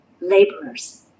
laborers